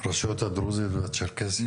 הרשויות הדרוזיות והצ'רקסיות.